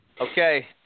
Okay